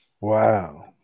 Wow